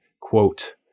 quote